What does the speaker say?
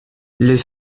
les